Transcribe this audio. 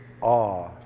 awe